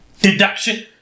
Deduction